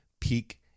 peak